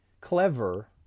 clever